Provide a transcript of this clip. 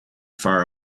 far